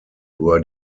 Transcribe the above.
were